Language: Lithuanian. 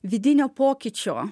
vidinio pokyčio